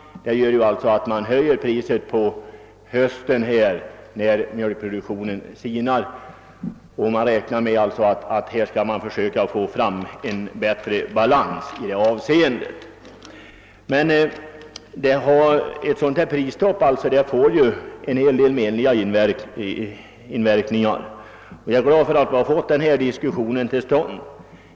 På hösten när mjölkproduktionen minskar försöker man åstadkomma en bättre balans i detta avseende genom att höja priset. Ett prisstopp får emellertid en hel del menliga verkningar, och jag är glad över att vi haft tillfälle att föra denna diskussion.